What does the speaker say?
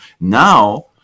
Now